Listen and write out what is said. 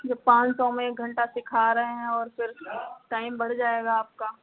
जब पाँच सौ में एक घंटा सिखा रहे हैं और फिर टाइम बढ़ जाएगा आपका